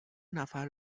نفر